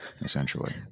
essentially